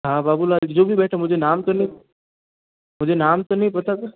हाँ बाबू लाल जी जो भी बैठे मुझे नाम तो नहीं मुझे नाम तो नहीं पता सर